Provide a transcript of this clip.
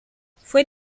fue